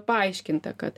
paaiškinta kad